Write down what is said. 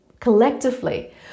collectively